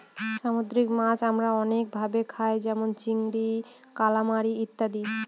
সামুদ্রিক মাছ আমরা অনেক ভাবে খায় যেমন চিংড়ি, কালামারী ইত্যাদি